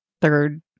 third